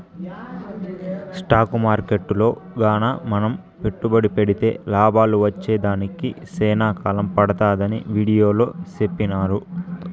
stock మార్కెట్టులో గాన మనం పెట్టుబడి పెడితే లాభాలు వచ్చేదానికి సేనా కాలం పడతాదని వీడియోలో సెప్పినారు